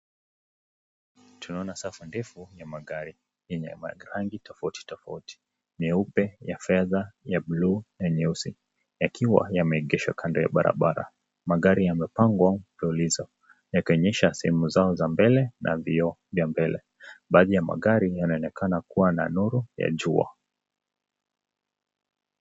Tunaona safu ndefu ya magari yenye marangi tofauti tofauti: meupe, ya fedha, ya buluu na nyeusi yakiwa yameegeshwa kando ya barabarara. Magari yamepangwa mfululizo yakionyesha sehemu zao za mbele na vioo vya mbele. Baadhi ya magari yanaonekana kuwa na nuru ya jua.